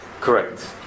Correct